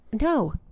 no